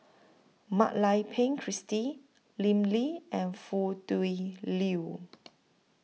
Mak Lai Peng Christine Lim Lee and Foo Tui Liew